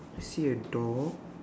I see a door